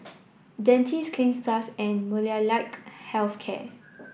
Dentiste Cleanz Plus and Molnylcke Health Care